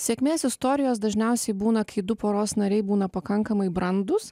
sėkmės istorijos dažniausiai būna kai du poros nariai būna pakankamai brandūs